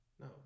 No